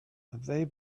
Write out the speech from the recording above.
they